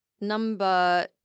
Number